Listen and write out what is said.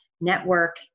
network